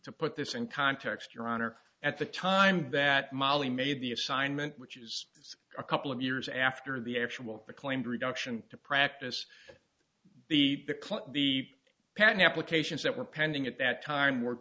put this in context your honor at the time that molly made the assignment which is a couple of years after the actual acclaimed reduction to practice the the clip the patent applications that were pending at that time were